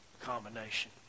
combination